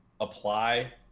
apply